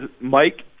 mike